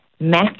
math